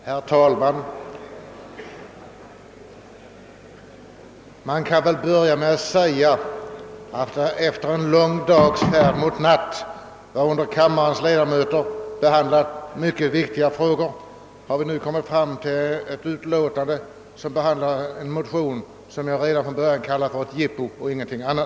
Herr talman! Efter en lång dags färd mot natt, varunder kammarens ledamöter fattat beslut i mycket viktiga frågor, har vi nu kommit fram till ett utlåtande i vilket behandlas en motion som jag redan från början kallar för ett jip Po och ingenting annat.